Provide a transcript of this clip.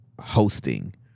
hosting